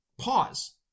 pause